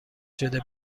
شده